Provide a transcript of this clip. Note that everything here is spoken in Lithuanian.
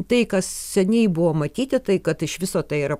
tai kas seniai buvo matyti tai kad iš viso tai yra